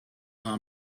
our